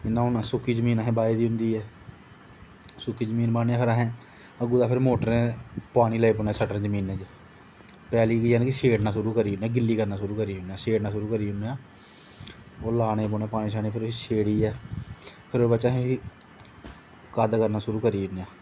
जियां हून सुक्की जमान असें बाही दी होंदी ऐ सुक्की जमीन बाह्ने फिर अग्गुआं दा मोटर पानी लग्गी पौना छड्डन जमीनै च अंदर जानी की शेड़ना शुरू करी ओड़ना गिल्ली करना शुरू करी ओड़ना सेड़ना शुरू करी ओड़ना ओह् लाने पौने फिर इसी सेड़ियै फिर ओह्दे बाद च असें एह् कद करना शुरू करी ओड़ने आं